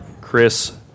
Chris